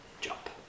jump